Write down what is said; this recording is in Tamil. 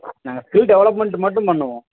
நாங்கள் ஸ்கில் டெவலப்மன்ட்டு மட்டும் பண்ணுவோம்